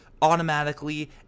automatically